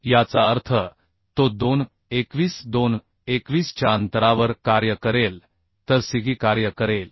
याचा अर्थ तो 2h21 2h21 च्या अंतरावर कार्य करेल तर सिगी कार्य करेल